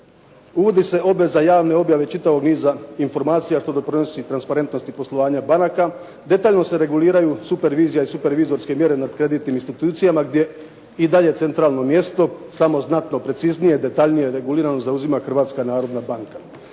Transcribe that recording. Uvodi se obveza javne objave čitavog niza informacija što doprinosi transparentnosti poslovanja banaka. Detaljno se reguliraju supervizija i supervizorske mjere nad kreditnim institucijama gdje i dalje centralno mjesto samo znatno preciznije, detaljnije regulirano zauzima Hrvatska narodna banka.